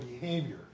behavior